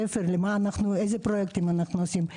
ספר שמראה אילו פרויקטים אנחנו עושים.